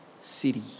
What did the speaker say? city